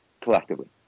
collectively